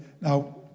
Now